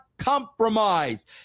compromise